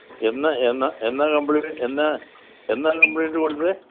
എന്ന് എന്ന് എന്നാണ് കംപ്ലയിൻറ് എന്നാണ് എന്നാണ് കംപ്ലയിൻറ് കൊടുത്തത്